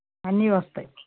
అన్నీ వస్తాయి